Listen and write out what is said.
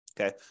Okay